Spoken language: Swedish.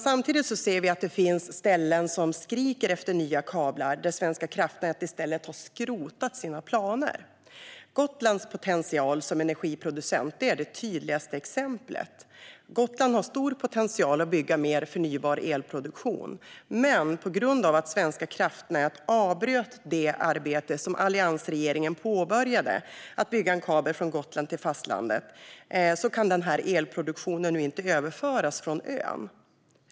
Samtidigt ser vi att det finns ställen där man skriker efter nya kablar men där Svenska kraftnät i stället har skrotat sina planer. Gotlands potential som energiproducent är det tydligaste exemplet. Gotland har stor potential att bygga mer förnybar elproduktion. Men på grund av att Svenska kraftnät avbröt det arbete som alliansregeringen påbörjade med att bygga en kabel från Gotland till fastlandet kan den elproduktionen inte överföras från ön.